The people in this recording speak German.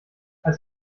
als